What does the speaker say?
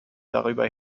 darüber